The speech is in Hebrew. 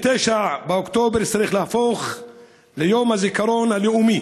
29 באוקטובר צריך להפוך ליום הזיכרון הלאומי